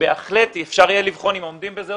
בהחלט אפשר יהיה לבחון אם עומדים בזה או